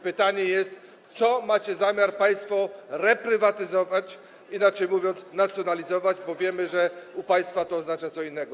Pytanie jest: Co macie zamiar państwo reprywatyzować, inaczej mówiąc, nacjonalizować, bo wiemy, że u państwa to oznacza co innego?